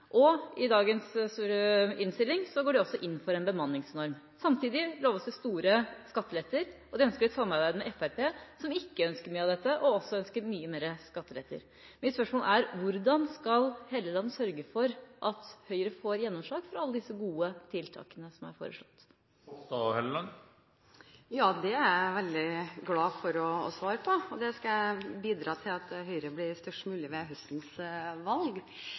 og i dagens innstilling går de også inn for en bemanningsnorm. Samtidig loves det store skatteletter, og de ønsker et samarbeid med Fremskrittspartiet – som ikke ønsker mye av dette, og som også ønsker mye mer skatteletter. Mitt spørsmål er: Hvordan skal Hofstad Helleland sørge for at Høyre får gjennomslag for alle disse gode tiltakene som er foreslått? Det er jeg veldig glad for å få svare på, og det skal jeg bidra med, til at Høyre blir størst mulig ved høstens valg,